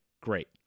Great